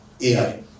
AI